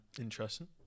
Interesting